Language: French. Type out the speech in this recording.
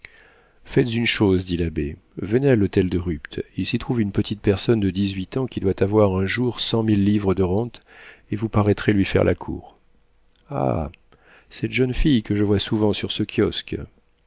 faites une chose dit l'abbé venez à l'hôtel de rupt il s'y trouve une petite personne de dix-huit ans qui doit avoir un jour cent mille livres de rentes et vous paraîtrez lui faire la cour ah cette jeune fille que je vois souvent sur ce kiosque